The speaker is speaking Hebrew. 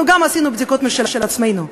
גם אנחנו עשינו בדיקות משל עצמנו,